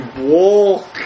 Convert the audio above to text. Walk